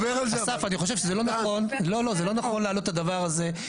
אסף, אני חושב שזה לא נכון להעלות את הדבר הזה.